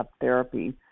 therapy